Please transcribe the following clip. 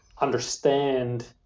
understand